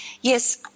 Yes